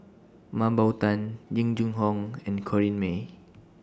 Mah Bow Tan Jing Jun Hong and Corrinne May